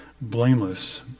blameless